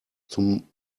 zum